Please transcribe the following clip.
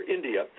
India